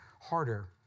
harder